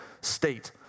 state